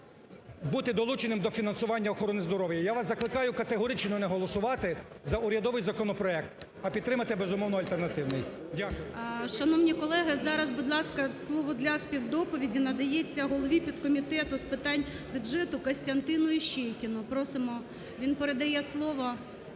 бути долученим до фінансування охорони здоров'я. Я вас закликаю категорично не голосувати за урядовий законопроект, а підтримати, безумовно, альтернативний. Дякую ГОЛОВУЮЧИЙ. Шановні колеги, зараз, будь ласка, слово для співдоповіді надається голові підкомітету з питань бюджету Костянтину Іщейкіну. Просимо. Він передає слово…